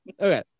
okay